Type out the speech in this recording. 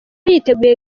yiteguye